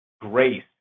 grace